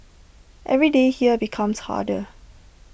every day here becomes harder